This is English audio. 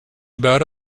about